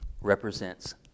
represents